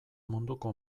munduko